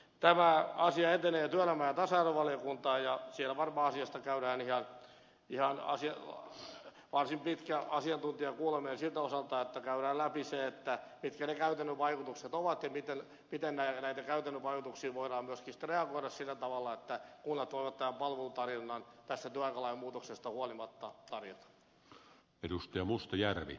tämä asia etenee työelämä ja tasa arvovaliokuntaan ja siellä varmaan asiasta käydään varsin pitkä asiantuntijakuuleminen siltä osalta että käydään läpi se mitkä ne käytännön vaikutukset ovat ja miten näihin käytännön vaikutuksiin voidaan myöskin reagoida sillä tavalla että kunnat voivat palvelun tarjota tästä työaikalain muutoksesta huolimatta